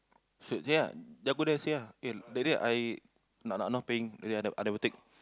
so ya you go there see ah that day I not not not paying I never take